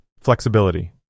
Flexibility